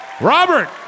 Robert